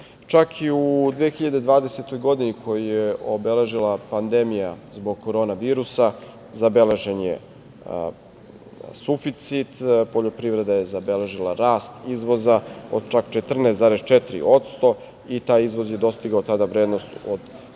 Čak i u 2020. godini, koju je obeležila pandemija zbog korona virusa, zabeležen je suficit, poljoprivreda je zabeležila rast izvoza od čak 14,4% i taj izvoz je dostigao tada vrednost od